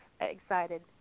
excited